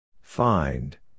Find